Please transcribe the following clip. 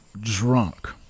drunk